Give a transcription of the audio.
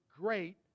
great